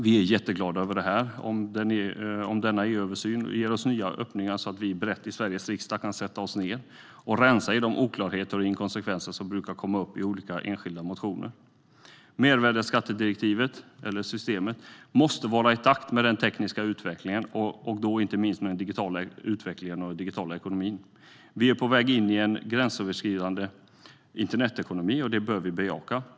Vi är jätteglada om denna EU-översyn ger oss nya öppningar, så att vi brett i Sveriges riksdag kan sätta oss ned och rensa i de oklarheter och inkonsekvenser som brukar komma upp i olika enskilda motioner. Mervärdesskattesystemet måste vara i takt med den tekniska utvecklingen och inte minst den digitala utvecklingen och den digitala ekonomin. Vi är på väg in i en gränsöverskridande internetekonomi, och det bör vi bejaka.